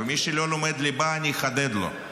ומי שלא לומד ליבה, אני אחדד לו,